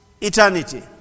eternity